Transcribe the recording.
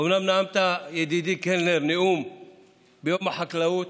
אומנם נאמת, ידידי קלנר, נאום ביום החקלאות,